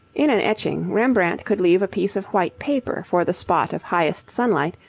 in an etching, rembrandt could leave a piece of white paper for the spot of highest sunlight,